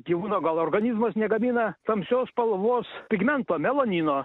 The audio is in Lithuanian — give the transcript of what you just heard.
gyvūno gal organizmas negamina tamsios spalvos pigmento melanino